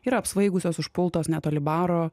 ir apsvaigusios užpultos netoli baro